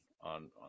on